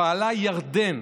פעלה ירדן